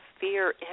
fear